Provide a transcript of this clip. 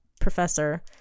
professor